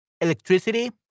electricity